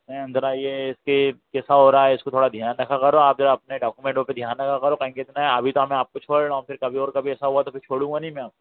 ये अंदर आइए इसकी कैसा हो रहा है इसको थोड़ा ध्यान रखा करो आप जरा अपने डोक्यूमेंटो पे ध्यान रखा करो टाइम कितने हैं अभी तो मैं आपको छोड़ रहा हूँ फिर और कभी ऐसा हुआ तो छोडूंगा नहीं मैं आपको